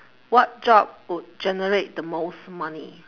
what job would generate the most money